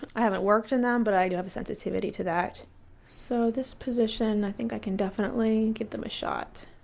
but i haven't worked in them, but i do have a sensitivity to that so this position i think i can definitely give them a shot.